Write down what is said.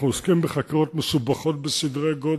אנחנו עוסקים בחקירות מסובכות בסדרי-גודל,